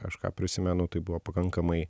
aš ką prisimenu tai buvo pakankamai